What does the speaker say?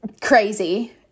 crazy